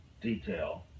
detail